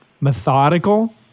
methodical